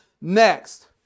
next